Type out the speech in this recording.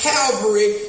Calvary